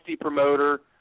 promoter